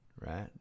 right